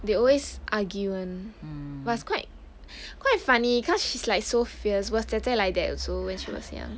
they always argue and was quite quite funny cause she's like so fierce was 姐姐 like that also when she was young